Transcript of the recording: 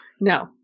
No